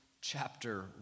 chapter